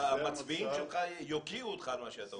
המצביעים שלך יוקיעו אותך על מה שאתה אומר.